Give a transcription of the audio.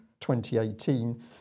2018